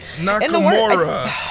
Nakamura